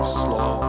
slow